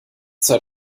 zeit